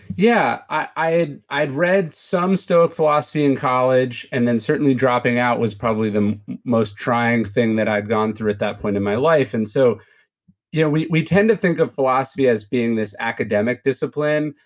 yeah. i had i had read some stoic philosophy in college, and then certainly dropping out was probably the most trying thing that i had gone through at that point in my life. and so yeah we we tend to think of philosophy as in this academic discipline,